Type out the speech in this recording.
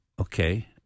okay